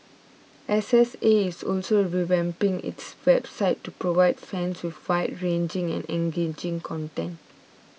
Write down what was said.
S S A is also revamping its website to provide fans with wide ranging and engaging content